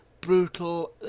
brutal